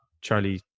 Charlie